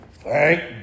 thank